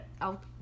out